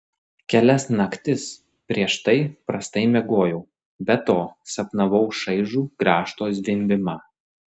kelias naktis prieš tai prastai miegojau be to sapnavau šaižų grąžto zvimbimą